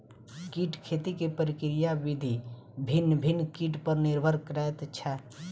कीट खेती के प्रक्रिया विधि भिन्न भिन्न कीट पर निर्भर करैत छै